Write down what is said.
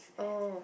oh